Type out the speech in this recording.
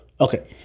Okay